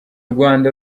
rwanda